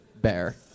bear